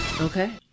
Okay